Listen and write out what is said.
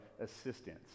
assistance